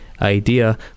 idea